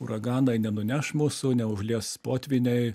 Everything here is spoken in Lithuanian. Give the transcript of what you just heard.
uraganai nenuneš mūsų neužlies potvyniai